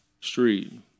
street